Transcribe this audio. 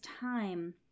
time